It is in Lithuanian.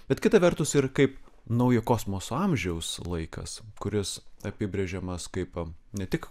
bet kita vertus ir kaip naujo kosmoso amžiaus laikas kuris apibrėžiamas kaip ne tik